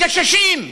הגששים.